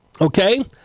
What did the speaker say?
Okay